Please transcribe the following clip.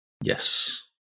Yes